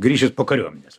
grįžęs po kariuomenės